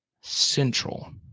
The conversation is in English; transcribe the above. Central